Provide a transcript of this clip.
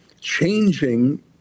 changing